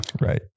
Right